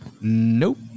Nope